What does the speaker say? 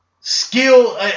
skill